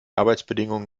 arbeitsbedingungen